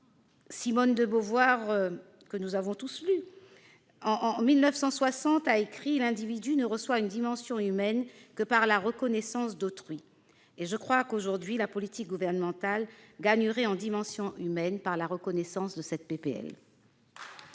Simone de Beauvoir, que nous avons tous lue, écrivait en 1960 :« L'individu ne reçoit une dimension humaine que par la reconnaissance d'autrui ». Je crois que, aujourd'hui, la politique gouvernementale gagnerait en dimension humaine par la reconnaissance de cette